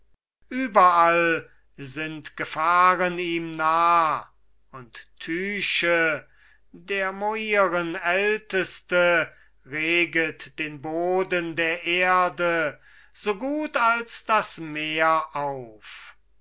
überall sind gefahren ihm nah und tyche der moiren älteste reget den boden der erde so gut als das meer auf